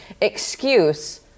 excuse